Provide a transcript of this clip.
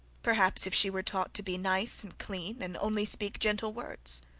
perhaps if she were taught to be nice and clean, and only speak gentle words.